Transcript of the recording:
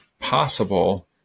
possible